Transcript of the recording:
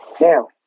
Now